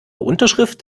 unterschrift